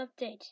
Update